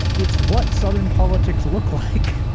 it's what southern politics look like.